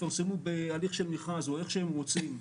יפרסמו בהליך של מכרז או איך שהם רוצים,